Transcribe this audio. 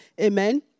Amen